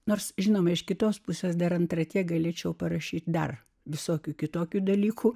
nors žinoma iš kitos pusės dar antra tiek galėčiau parašyti dar visokių kitokių dalykų